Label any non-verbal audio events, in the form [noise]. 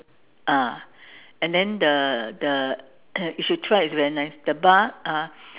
ah and then the the [coughs] if you try it's very nice the bar uh